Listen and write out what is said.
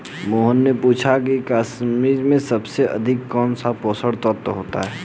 मोहन ने पूछा कि किशमिश में सबसे अधिक कौन सा पोषक तत्व होता है?